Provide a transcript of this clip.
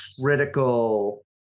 critical